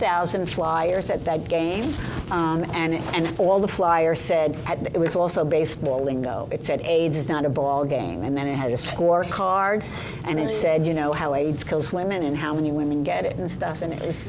thousand flyers at that game and all the flyers said it was also baseball lingo it said aids is not a ball game and then it had a score card and it said you know how aids kills women and how many women get it and stuff and it